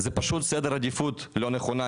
זה פשוט סדר עדיפות לא נכונה,